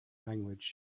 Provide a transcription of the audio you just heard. language